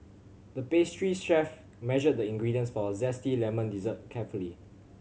the pastry chef measured the ingredients for a zesty lemon dessert carefully